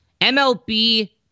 MLB